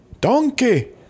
Donkey